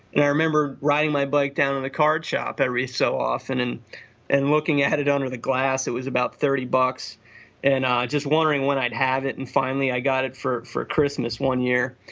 and i remember riding my bike down to the card shop every so often and and looking at it under the glass. it was about thirty bucks and i just wondering when i'd have it and finally i got it for it for christmas one year,